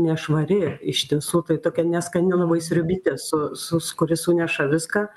nešvari iš tiesų tai tokia neskani labai sriubytė su su su kuri suneša viską